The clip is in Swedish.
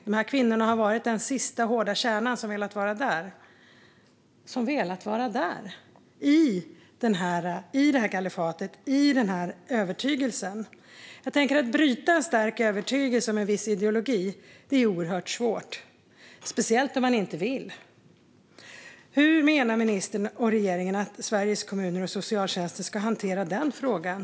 Dessa kvinnor har varit den sista hårda kärna som velat vara i det här kalifatet med den här övertygelsen. Att bryta en stark övertygelse om en viss ideologi är oerhört svårt, speciellt om man inte vill. Hur menar ministern och regeringen att Sveriges kommuner och socialtjänster ska hantera den frågan?